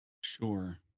Sure